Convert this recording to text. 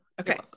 okay